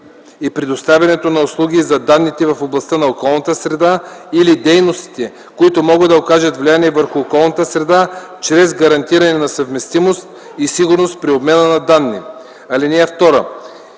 и предоставянето на услуги за данните в областта на околната среда или дейностите, които могат да окажат влияние върху околната среда, чрез гарантиране на съвместимост и сигурност при обмяна на данни. (2)